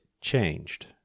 changed